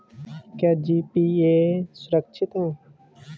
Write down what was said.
क्या जी.पी.ए सुरक्षित है?